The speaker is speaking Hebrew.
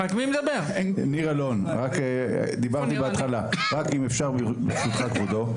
אם אפשר ברשותך כבודו,